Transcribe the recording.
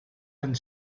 and